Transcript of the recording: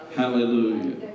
hallelujah